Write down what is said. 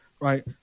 right